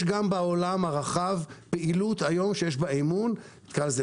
גם בעולם הרחב יש היום פעילות שיש בה אמון,